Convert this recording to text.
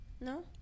No